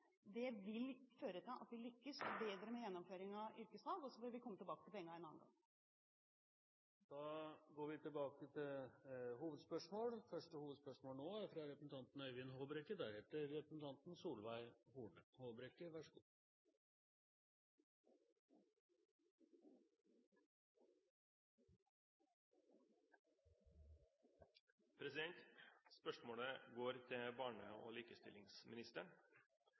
vil føre til at vi lykkes bedre med gjennomføringen av yrkesfag. Så får vi komme tilbake til pengene en annen gang. Vi går videre til neste hovedspørsmål.